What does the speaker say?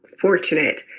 fortunate